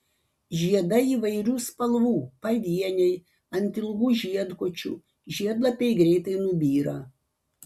žiedai įvairių spalvų pavieniai ant ilgų žiedkočių žiedlapiai greitai nubyra